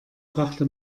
brachte